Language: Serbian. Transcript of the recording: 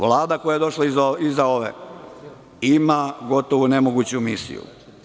Vlada koja je došla iza ove ima gotovo nemoguću misiju.